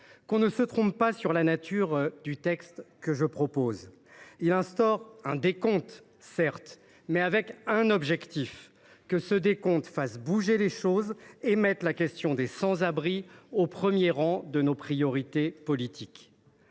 Qu’on ne se trompe pas sur la nature de ce texte : il instaure un décompte, certes, mais avec un objectif, que ce décompte fasse bouger les choses et mette la question des sans abri au premier rang des priorités politiques.